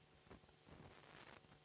Hvala.